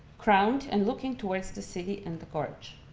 crowned and looking towards the sea and the gorge.